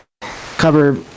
cover